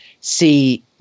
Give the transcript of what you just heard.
see